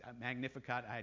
Magnificat